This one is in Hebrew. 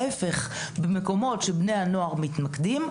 להיפך; להיות במקומות שבהם בני הנוער מתמקדים.